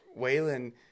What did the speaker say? Waylon